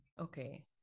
Okay